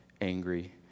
angry